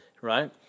right